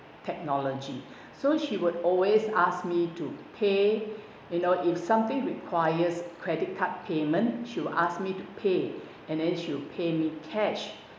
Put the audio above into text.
technology so she would always ask me to pay you know if something requires credit card payment she will asked me to pay and then she will pay me cash